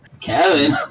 Kevin